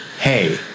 hey